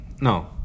No